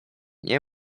nie